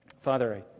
Father